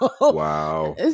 Wow